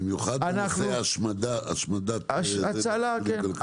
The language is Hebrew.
במיוחד בנושא השמדת יבולים.